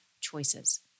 choices